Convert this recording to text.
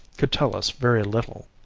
could tell us very little.